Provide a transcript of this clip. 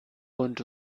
und